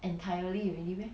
entirely already meh